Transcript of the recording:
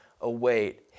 await